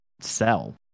sell